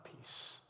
peace